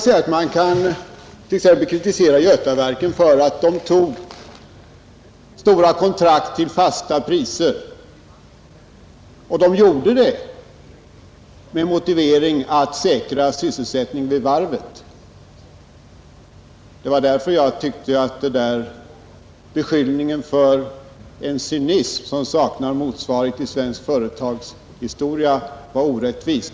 Sedan kan man kritisera Götaverken för att företaget skrev stora kontrakt till fasta priser, men det gjorde man ju med motiveringen att trygga sysselsättningen vid varvet. Det är därför jag tyckte att beskyllningen för en cynism som saknar motsvarighet i svensk företagshistoria var djupt orättvis.